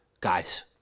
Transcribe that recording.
Guys